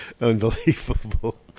Unbelievable